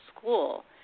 school